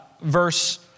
verse